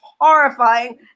horrifying